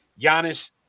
Giannis